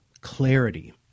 clarity